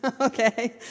okay